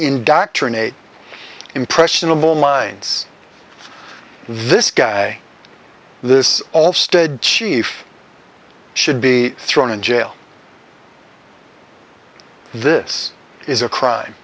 indoctrinate impressionable minds this guy this all stead chief should be thrown in jail this is a crime